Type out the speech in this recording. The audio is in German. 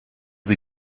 sie